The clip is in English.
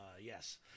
Yes